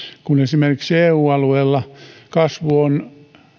kun esimerkiksi eu alueella kasvu on